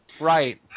Right